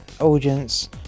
audience